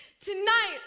tonight